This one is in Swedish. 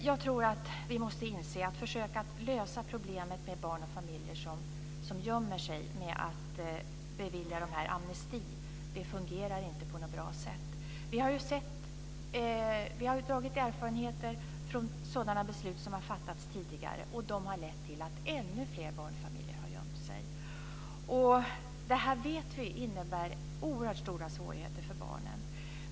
Jag tror att vi måste inse att försöka att lösa problemet med familjer som gömmer sig genom att bevilja amnesti inte fungerar. Vi har dragit erfarenheter från sådana beslut som har fattats tidigare, och de har lett till att ännu fler barnfamiljer har gömt sig. Vi vet att det innebär oerhört stora svårigheter för barnen.